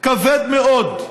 כבד מאוד,